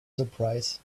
surprise